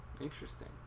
Interesting